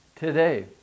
Today